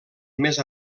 més